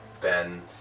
Ben